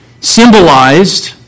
symbolized